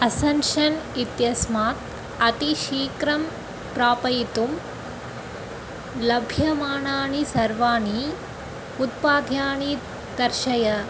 असन्शन् इत्यस्मात् अतिशीघ्रं प्रापयितुं लभ्यमाणानि सर्वाणि उत्पाध्यानि दर्शय